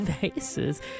faces